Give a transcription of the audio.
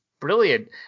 Brilliant